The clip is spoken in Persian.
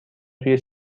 توی